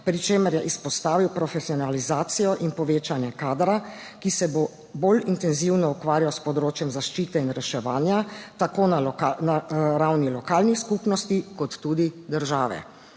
pri čemer je izpostavil profesionalizacijo in povečanje kadra, ki se bo bolj intenzivno ukvarjal s področjem zaščite in reševanja tako na ravni lokalnih skupnosti kot tudi države.